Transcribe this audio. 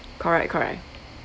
correct correct